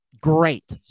great